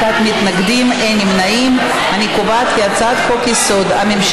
ואני יודעת כמה זה קשה רגשית כשגם המאבק הוא קשה וגם